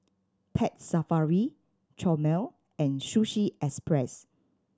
Pets Safari Chomel and Sushi Express